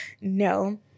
no